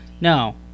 No